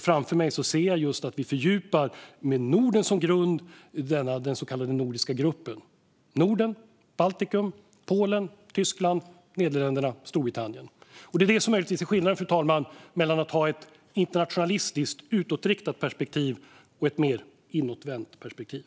Framför mig ser jag just att vi med Norden som grund fördjupar den så kallade nordiska gruppen - Norden, Baltikum, Polen, Tyskland, Nederländerna och Storbritannien. Fru talman! Det är möjligtvis detta som är skillnaden mellan att ha ett internationalistiskt och utåtriktat perspektiv och att ha ett mer inåtvänt perspektiv.